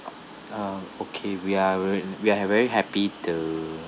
uh okay we are we~ we are very happy to